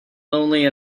lonely